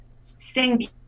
sing